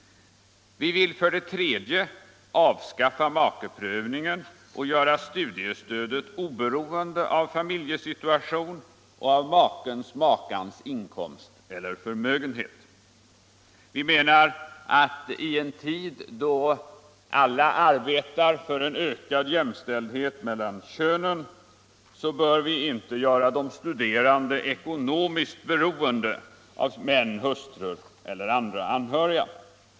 Vi vill för det tredje avskaffa makeprövningen och göra studiestödet oberoende av familjesituation och av makens/makans inkomst eller förmögenhet. I en tid då alla arbetar för en ökad jämställdhet mellan könen bör vi inte göra de studerande ekonomiskt beroende av män, hustrur eller andra anhöriga.